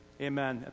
amen